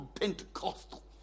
Pentecostal